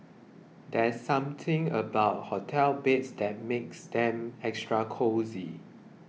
there's something about hotel beds that makes them extra cosy